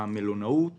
המלונאות